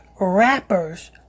rappers